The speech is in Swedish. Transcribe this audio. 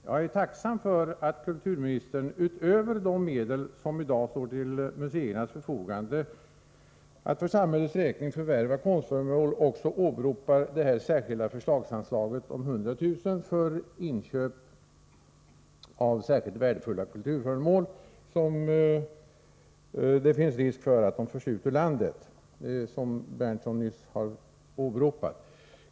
Jag är tacksam för att kulturministern — utöver att han hänvisar till de medel som i dag står till museernas förfogande för att för samhällets räkning förvärva konstföremål — åberopar försöksanslaget om 100 000 kr. för inköp av särskilt värdefulla kulturföremål beträffande vilka risk finns att de förs ut ur landet, något som även Nils Berndtson var inne på.